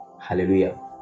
hallelujah